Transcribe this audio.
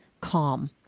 calm